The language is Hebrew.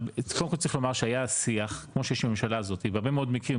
קודם כל צריך לומר שהיה השיח כמו שיש ממשלה הזאת בהרבה מאוד מקרים,